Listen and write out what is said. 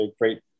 great